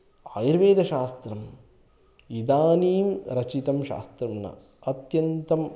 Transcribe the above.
आयुर्वेदशास्त्रम् इदानीं रचितं शास्त्रं न अत्यन्तम्